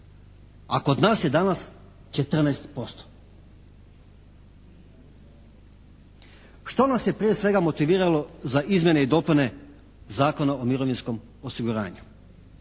a kod nas je danas 14%. Što nas je prije svega motiviralo za izmjene i dopune Zakona o mirovinskom osiguranju?